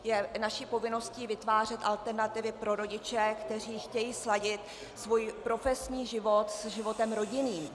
Je naší povinností vytvářet alternativy pro rodiče, kteří chtějí sladit svůj profesní život s životem rodinným.